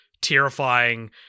terrifying